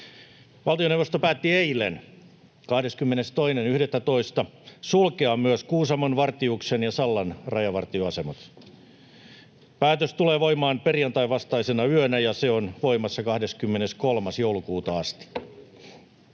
Valtioneuvosto päätti eilen 22.11. sulkea myös Kuusamon, Vartiuksen ja Sallan rajavartioasemat. Päätös tulee voimaan perjantain vastaisena yönä, ja se on voimassa 23. joulukuuta asti.